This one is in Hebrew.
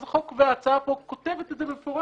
אז ההצעה פה כותבת את זה במפורש.